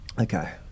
Okay